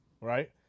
right